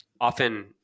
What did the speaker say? Often